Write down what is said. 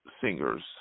singers